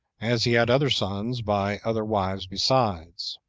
as he had other sons by other wives besides.